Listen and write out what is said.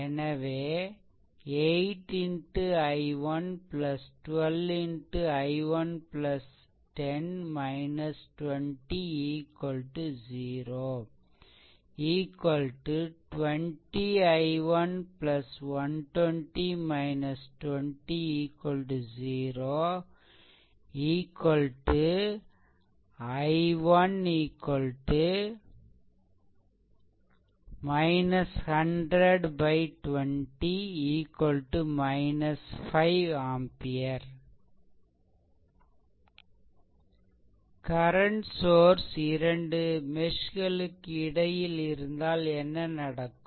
எனவே 8 x I1 12 xI1 10 20 0 20 I1 120 200 I1 100 20 5 ampere current source இரண்டு மெஷ்களுக்கு இடையில் இருந்தால் என்ன நடக்கும்